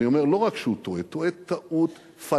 אני אומר לא רק שהוא טועה, טועה טעות פטאלית,